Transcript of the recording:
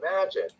Imagine